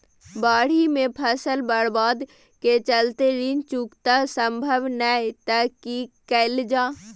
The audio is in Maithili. बाढि में फसल बर्बाद के चलते ऋण चुकता सम्भव नय त की कैल जा?